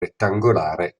rettangolare